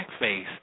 blackface